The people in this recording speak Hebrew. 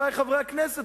חברי חברי הכנסת,